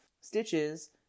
stitches